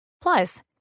Plus